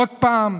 עוד פעם?